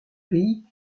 pays